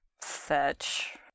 fetch